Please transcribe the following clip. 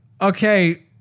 okay